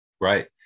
Right